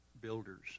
builders